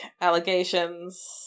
Allegations